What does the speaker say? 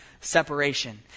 separation